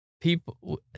people